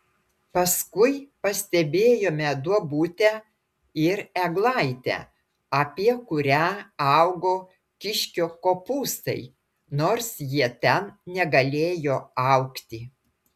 paskui pastebėjome duobutę ir eglaitę apie kurią augo kiškio kopūstai nors jie ten negalėjo augti